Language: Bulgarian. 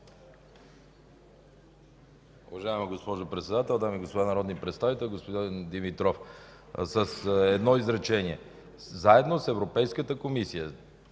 Уважаема госпожо Председател, дами и господа народни представители! Господин Димитров, с едно изречение – заедно с Европейската комисия.